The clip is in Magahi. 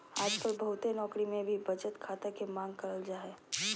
आजकल बहुते नौकरी मे भी बचत खाता के मांग करल जा हय